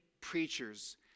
preachers